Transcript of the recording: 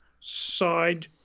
side